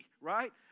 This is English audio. right